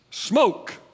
Smoke